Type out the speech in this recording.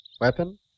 weapon